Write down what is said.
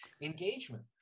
engagement